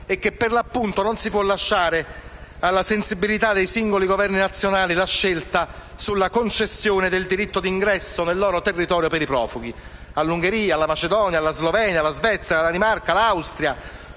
e che non si può lasciare alla sensibilità dei singoli Governi nazionali la scelta sulla concessione del diritto di ingresso nel loro territorio per i profughi. All'Ungheria, alla Macedonia, alla Slovenia, alla Svezia, alla Danimarca, all'Austria,